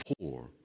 poor